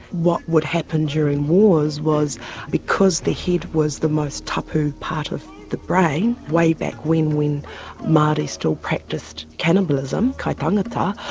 what would happen during wars was because the head was the most tapu part of the brain, way back when when maori still practised cannibalism, kaitangata,